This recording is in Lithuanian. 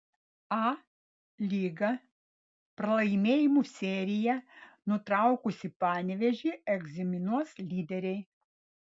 a lyga pralaimėjimų seriją nutraukusį panevėžį egzaminuos lyderiai